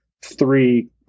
three